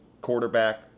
quarterback